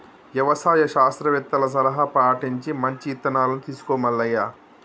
యవసాయ శాస్త్రవేత్తల సలహా పటించి మంచి ఇత్తనాలను తీసుకో మల్లయ్య